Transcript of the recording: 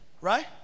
Right